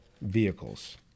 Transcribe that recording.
vehicles